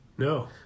No